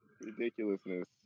ridiculousness